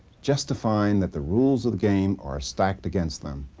just to find that the rules of the game are stacked against them?